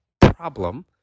Problem